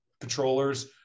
patrollers